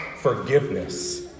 forgiveness